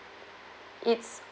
it's